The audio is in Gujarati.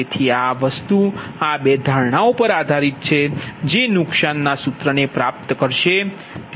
તેથી આ વસ્તુ આ બે ધારણાઓ પર આધારિત છે જે નુકસાનના સૂત્રને પ્રાપ્ત કરશે